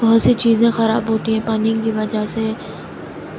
بہت سی چیزیں خراب ہوتی ہیں پانی کی وجہ سے